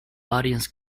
audience